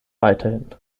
weiterhin